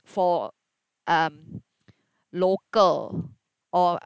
for um local or